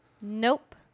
Nope